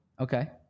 Okay